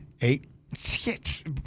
Eight